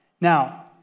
Now